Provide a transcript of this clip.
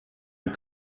ein